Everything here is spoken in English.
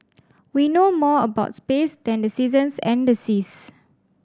we know more about space than the seasons and the seas